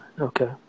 okay